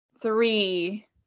three